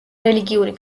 რელიგიური